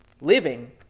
living